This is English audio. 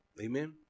Amen